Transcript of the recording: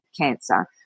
cancer